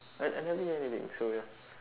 I I never hear anything so ya